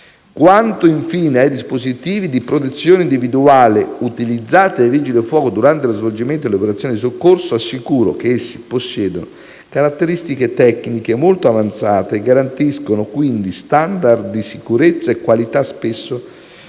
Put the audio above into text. Quanto, infine, ai dispositivi di protezione individuale utilizzati dai vigili del fuoco durante lo svolgimento delle operazioni di soccorso, assicuro che essi possiedono caratteristiche tecniche molto avanzate e garantiscono, quindi, *standard* di sicurezza e qualità spesso superiori